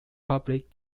public